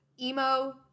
emo